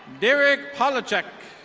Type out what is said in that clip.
derick polacheck.